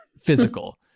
physical